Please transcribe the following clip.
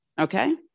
Okay